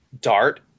dart